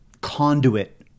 conduit